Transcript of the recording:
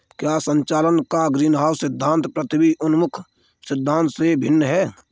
क्या संचालन का ग्रीनहाउस सिद्धांत पृथ्वी उन्मुख सिद्धांत से भिन्न है?